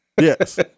Yes